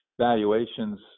valuations